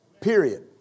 period